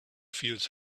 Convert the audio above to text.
feels